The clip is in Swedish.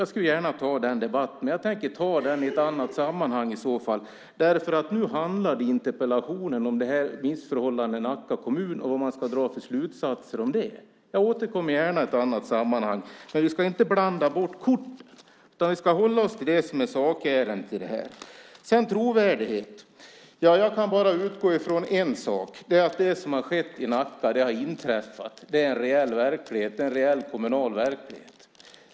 Jag skulle gärna ta den debatten, men jag tänker ta den i ett annat sammanhang i så fall, därför att nu handlade interpellationen om det här missförhållandet i Nacka kommun och vad man ska dra för slutsatser om det. Jag återkommer gärna i ett annat sammanhang, men vi ska inte blanda bort korten, utan vi ska hålla oss till det som är sakärendet här. När det gäller trovärdighet kan jag bara utgå från en sak, och det är att det som har skett i Nacka har inträffat. Det är en reell kommunal verklighet.